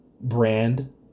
brand